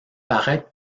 paraître